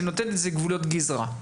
שנותנת גבולות גזרה.